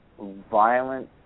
violent